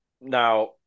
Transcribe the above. Now